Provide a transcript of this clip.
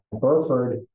Burford